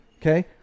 Okay